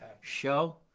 show